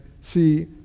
see